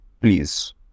please